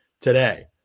today